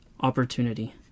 opportunity